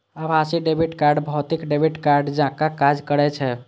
आभासी debit card भौतिक debit कार्डे जकां काज करै छै